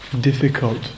difficult